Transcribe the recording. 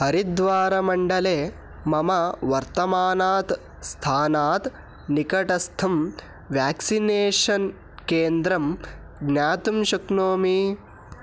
हरिद्वारमण्डले मम वर्तमानात् स्थानात् निकटस्थं व्याक्सिनेषन् केन्द्रं ज्ञातुं शक्नोमि